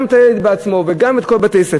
גם את הילד בעצמו וגם את כל בתי-הספר.